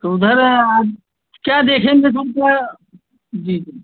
तो उधर आज क्या देखेंगे धूप क्या जी जी